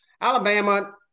Alabama –